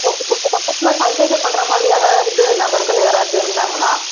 okay உங்கள் பக்கத்தில் சந்தேகப்படுற மாதிரி யாராவது நபர்கள் யாராவது இருந்தாங்களா